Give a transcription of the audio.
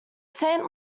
saint